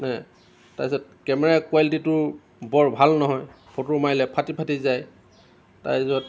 হেঁ তাৰপিছত কেমেৰা কুৱালিটীটোও বৰ ভাল নহয় ফটো মাৰিলে ফাটি ফাটি যায় তাৰপাছত